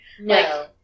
No